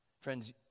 Friends